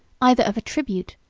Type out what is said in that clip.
either of a tribute,